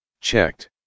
checked